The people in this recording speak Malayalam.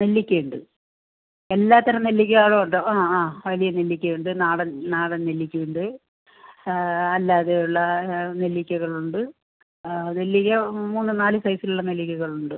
നെല്ലിക്കയുണ്ട് എല്ലാ തരം നെല്ലിക്കകളും ഉണ്ട് ആ ആ വലിയ നെല്ലിക്കയുണ്ട് നാടൻ നാടൻ നെല്ലിക്കയുണ്ട് അല്ലാതെ ഉള്ള നെല്ലിക്കകളുണ്ട് നെല്ലിക്ക മൂന്ന് നാല് സൈസിലുള്ള നെല്ലിക്കകളുണ്ട്